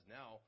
now